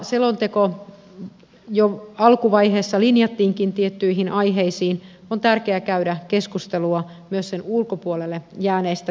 vaikka selonteko jo alkuvaiheessa linjattiinkin tiettyihin aiheisiin on tärkeää käydä keskustelua myös sen ulkopuolelle jääneistä teemoista